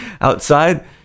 outside